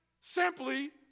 simply